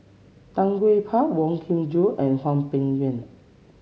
Tan Gee Paw Wong Kin Jong and Hwang Peng Yuan